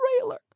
trailer